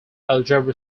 algebra